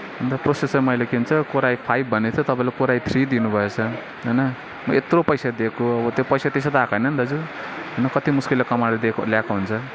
अन्त प्रोसेसर मैले के भन्छ कोर आई फाइब भनेको थिएँ तपाईँले कोर आई थ्री दिनुभएछ होइन यत्रो पैसा दिएको अब त्यो पैसा त्यसै त आएको होइन नि दाजु न कति मुस्किलले कमाएर दिएको ल्याएको हुन्छ